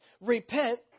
Repent